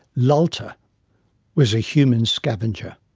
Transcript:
lalta was a human scavenger.